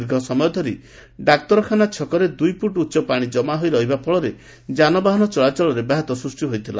ଦୀର୍ଘ ସମୟ ଧରି ଡାକ୍ତରଖାନା ଛକରେ ଦୁଇଫୁଟ ଉଟ ପାଶି ଜମାହୋଇ ରହିବା ଫଳରେ ଯାନବାହାନ ଚଳାଚଳରେ ବ୍ୟାହାତ ସୃଷ୍ ହୋଇଥିଲା